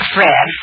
Fred